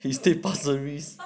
he stay pasir ris